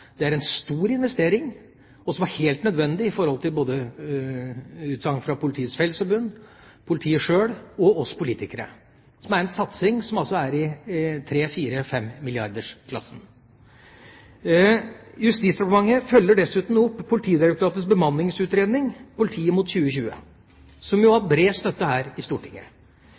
Det er en stor investering, som er helt nødvendig i forhold til både utsagn fra Politiets Fellesforbund, politiet sjøl og oss politikere, en satsing som altså er i 3–4–5-milliardersklassen. Justisdepartementet følger dessuten opp Politidirektoratets bemanningsutredning, Politiet mot 2020, som jo har bred støtte her i Stortinget,